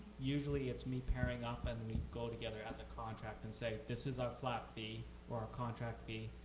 usually, it's me pairing up and we'd go together as a contract and say, this is our flat fee, or our contract fee,